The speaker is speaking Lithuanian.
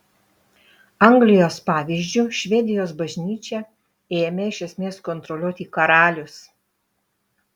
anglijos pavyzdžiu švedijos bažnyčią ėmė iš esmės kontroliuoti karalius